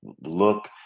look